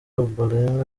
ombolenga